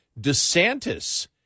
DeSantis